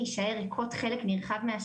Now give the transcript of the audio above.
צוהריים טובים לכל הנוכחים,